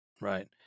right